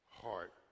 heart